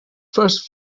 first